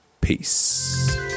Peace